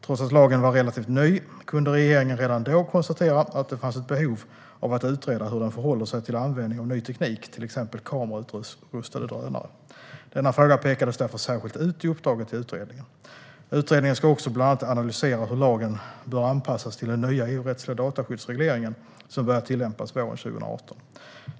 Trots att lagen var relativt ny kunde regeringen redan då konstatera att det fanns ett behov av att utreda hur den förhåller sig till användning av ny teknik, till exempel kamerautrustade drönare. Denna fråga pekades därför särskilt ut i uppdraget till utredningen. Utredningen ska också bland annat analysera hur lagen bör anpassas till den nya EU-rättsliga dataskyddsreglering som börjar tillämpas våren 2018.